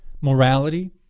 morality